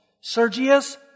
Sergius